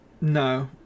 No